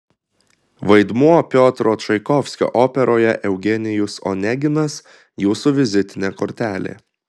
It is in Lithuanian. vaidmuo piotro čaikovskio operoje eugenijus oneginas jūsų vizitinė kortelė